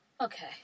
Okay